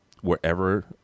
wherever